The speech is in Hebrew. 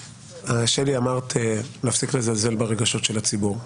שלי, אמרת להפסיק לזלזל ברשות של הציבור.